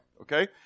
Okay